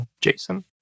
Jason